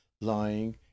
lying